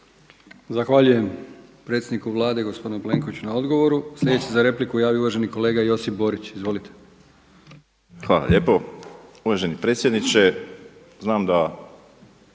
Zahvaljujem predsjedniku Vlade gospodinu Plenkoviću na odgovoru. Sljedeći se za repliku javio uvaženi kolega Josip Borić. Izvolite. **Borić, Josip (HDZ)** Hvala lijepo. Uvaženi predsjedniče. Znam da